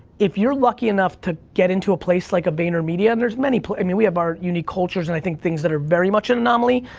if you're lucky enough to get into a place like a vaynermedia, there's many, i and mean, we have our unique cultures, and i think, things that are very much an anomaly,